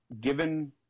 given